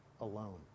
alone